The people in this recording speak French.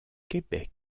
québec